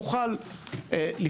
יוכל לפעול כך.